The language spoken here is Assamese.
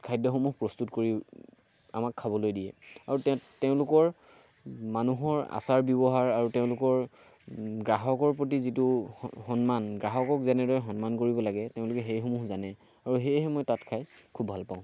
খাদ্য সমূহ প্ৰস্তুত কৰি আমাক খাবলৈ দিয়ে আৰু তেওঁ তেওঁলোকৰ মানুহৰ আচাৰ ব্যৱহাৰ আৰু তেওঁলোকৰ গ্ৰাহকৰ প্ৰতি যিটো সন্মান গ্ৰাহকক যেনেদৰে সন্মান কৰিব লাগে তেওঁলোকে সেই সমূহ জানে আৰু সেয়েহে মই তাত খাই খুব ভাল পাওঁ